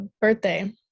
birthday